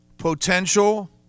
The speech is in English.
potential